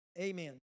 Amen